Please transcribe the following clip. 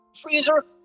freezer